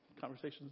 Conversations